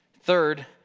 Third